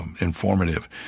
informative